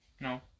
No